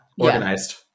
organized